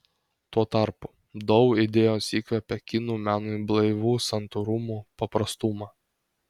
tuo tarpu dao idėjos įkvepia kinų menui blaivų santūrumą paprastumą